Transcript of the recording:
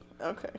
Okay